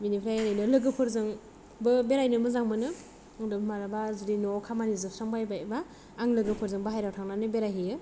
बिनिफ्राय ओरैनो लोगोफोरजों बो बेरायनो मोजां मोनो मालाबा जुदि न'आव खामानि जोबस्रांबायबाय बा आं लोगोफोरजों बायह्रायाव थांनानै बेराय हैयो